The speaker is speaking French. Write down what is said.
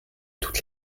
toutes